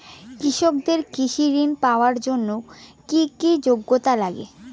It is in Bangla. কৃষকদের কৃষি ঋণ পাওয়ার জন্য কী কী যোগ্যতা লাগে?